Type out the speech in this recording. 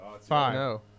Five